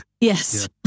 Yes